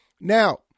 Now